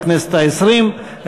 לכנסת העשרים,